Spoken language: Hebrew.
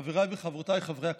חבריי וחברותיי חברי הכנסת,